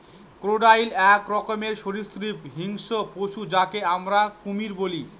crocodile এক রকমের সরীসৃপ হিংস্র পশু যাকে আমরা কুমির বলি